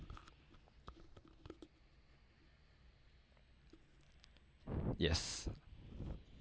yes